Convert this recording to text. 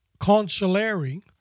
consulary